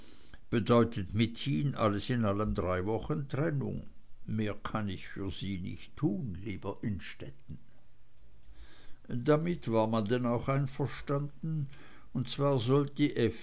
bedeutet mithin alles in allem drei wochen trennung mehr kann ich für sie nicht tun lieber innstetten damit war man denn auch einverstanden und zwar sollte